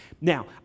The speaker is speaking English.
Now